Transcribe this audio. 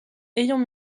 ayant